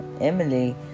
Emily